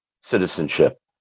citizenship